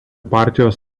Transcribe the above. partijos